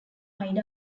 hide